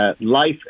life